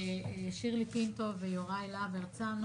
שירלי פינטו ויוראי להב הרצנו